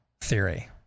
theory